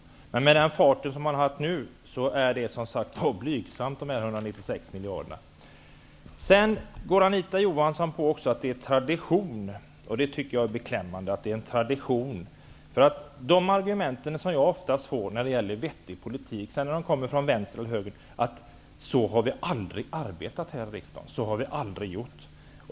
Men jämfört med den fart som regeringen har haft innebär dessa 196 miljarder som sagt ett blygsamt belopp. Anita Johansson sade också att det är tradition att göra som man gör. Jag tycker att det är beklämmande att det är en tradition. Det argument som jag oftast får höra, både från vänster och från höger, när jag ställer vettiga förslag är: Så har vi aldrig arbetat här i riksdagen; så har vi aldrig gjort.